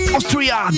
Austria